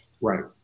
Right